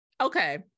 Okay